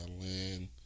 land